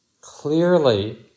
clearly